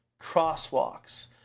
crosswalks